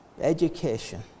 education